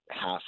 half